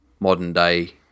modern-day